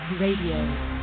Radio